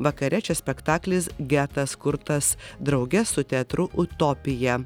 vakare čia spektaklis getas kurtas drauge su teatru utopija